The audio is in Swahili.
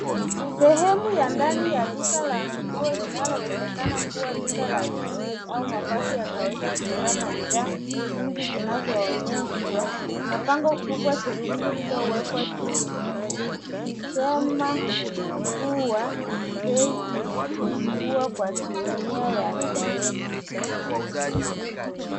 Sehemu ya ndani ya duka la nguo linalowezekana kuwa duka la jeans au mavazi ya kawaida kutokana na bidhaa nyingi zinazoonyeshwa. Kuna bango kubwa jekundu lililowekwa juu likisema kuwa bei imepungua kwa asilimia ya arobaini.